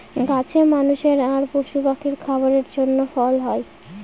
গাছে মানুষের আর পশু পাখির খাবারের জন্য ফল হয়